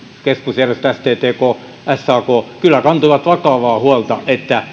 keskusjärjestöt sttk ja sak kyllä kantoivat vakavaa huolta